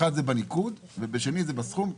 אחד זה בניקוד והשני בסכום.